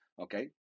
Okay